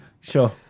Sure